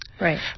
Right